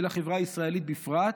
ושל החברה הישראלית בפרט,